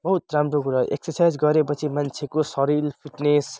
बहुत राम्रो कुरा एक्सरसाइज गरेपछि मान्छेको शरीर फिटनेस